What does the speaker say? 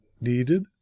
needed